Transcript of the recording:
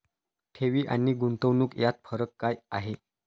ठेवी आणि गुंतवणूक यात फरक काय आहे?